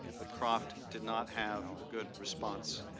but croft did not have a good response.